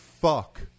fuck